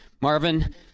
Marvin